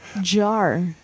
jar